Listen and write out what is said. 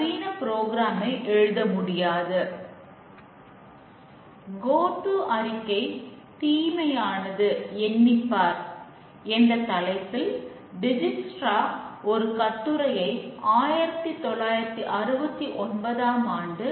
தற்போது டெஸ்டிங் செய்யப்பட வேண்டும்